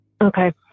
Okay